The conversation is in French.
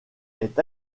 est